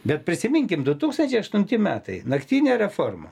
bet prisiminkim du tūkstančiai aštunti metai naktinė reforma